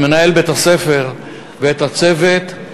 את מנהל בית-הספר ואת הצוות.